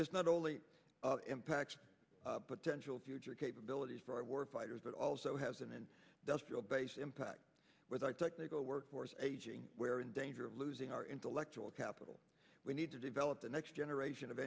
this not only impacts potential future capabilities for war fighters but also has an end does your base impact with our technical workforce aging where in danger of losing our intellectual capital we need to develop the next generation of